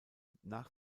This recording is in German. nach